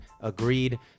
agreed